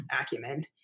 acumen